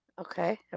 Okay